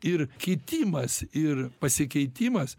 ir kitimas ir pasikeitimas